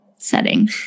Setting